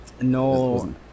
No